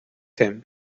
him